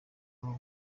abo